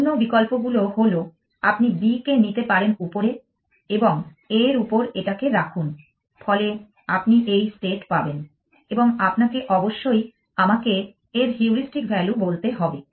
অন্য বিকল্পগুলো হল আপনি b কে নিতে পারেন উপরে এবং a এর উপর এটাকে রাখুন ফলে আপনি এই স্টেট পাবেন এবং আপনাকে অবশ্যই আমাকে এর হিউড়িস্টিক ভ্যালু বলতে হবে